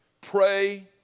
Pray